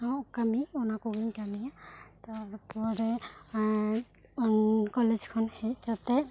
ᱠᱟᱹᱢᱤ ᱚᱱᱟ ᱠᱚ ᱜᱮᱧ ᱠᱟᱹᱢᱤᱭᱟ ᱟᱨᱯᱚᱨᱮ ᱠᱚᱞᱮᱡᱽ ᱠᱷᱚᱱ ᱦᱮᱡ ᱠᱟᱛᱮ